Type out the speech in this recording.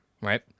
right